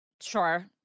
Sure